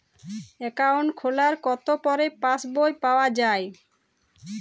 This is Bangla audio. অ্যাকাউন্ট খোলার কতো পরে পাস বই পাওয়া য়ায়?